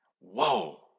Whoa